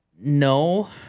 no